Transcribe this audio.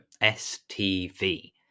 STV